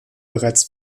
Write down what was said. bereits